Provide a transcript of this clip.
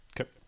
Okay